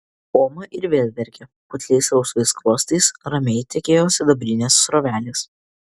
oma ir vėl verkė putliais rausvais skruostais ramiai tekėjo sidabrinės srovelės